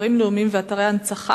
אתרים לאומיים ואתרי הנצחה